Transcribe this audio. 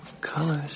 Colors